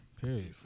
Period